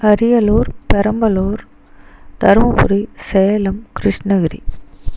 Ariyalur Perambalur Dharmapuri Salem Krishnagiri